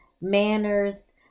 manners